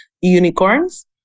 unicorns